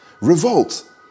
Revolt